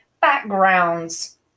backgrounds